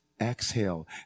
exhale